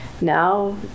Now